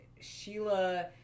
Sheila